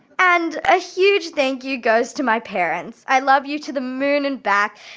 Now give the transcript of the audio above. and a huge thank you goes to my parents. i love you to the moon and back,